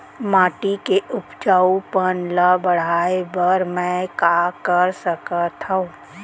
माटी के उपजाऊपन ल बढ़ाय बर मैं का कर सकथव?